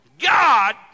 God